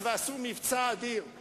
וממילא לא שמעתי על פגרות כאלה,